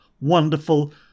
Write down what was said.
wonderful